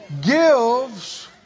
Gives